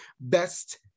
best